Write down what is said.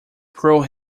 through